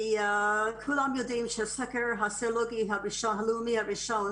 וכולם יודעים שסקר הסרולוגי הלאומי הראשון